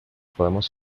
podemos